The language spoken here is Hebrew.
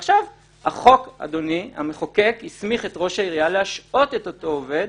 עכשיו המחוקק הסמיך את ראש העירייה להשעות את אותו עובד